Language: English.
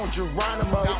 Geronimo